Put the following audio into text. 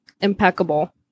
impeccable